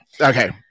Okay